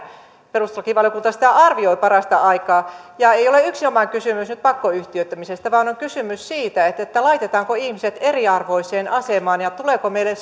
perustuslakivaliokunta sitä arvioi parasta aikaa ja nyt ei ole kysymys yksinomaan pakkoyhtiöittämisestä vaan siitä laitetaanko ihmiset eriarvoiseen asemaan ja tuleeko meille